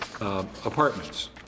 apartments